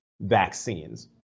vaccines